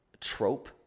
trope